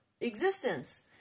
existence